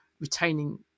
retaining